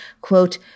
quote